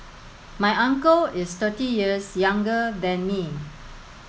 my uncle is thirty years younger than me